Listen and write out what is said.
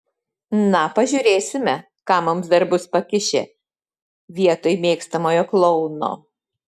na pažiūrėsime ką mums dar bus pakišę vietoj mėgstamojo klouno